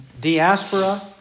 diaspora